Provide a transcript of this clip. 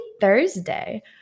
Thursday